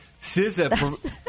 SZA